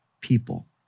people